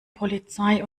polizei